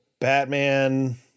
batman